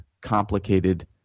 complicated